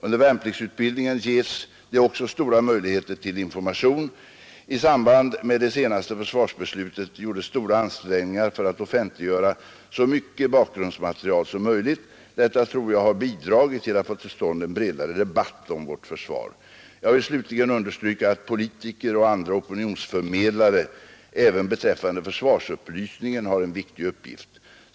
Under värnpliktsutbildningen ges det också stora möjligheter till information. I samband med det senaste försvarsbeslutet gjordes stora ansträngningar för att offentliggöra så mycket bakgrundsmaterial som möjligt. Detta tror jag har bidragit till att få till stånd en bredare debatt om vårt försvar. Jag vill slutligen understryka att politiker och andra opinionsförmedlare även beträffande försvarsupplysningen har en viktig uppgift.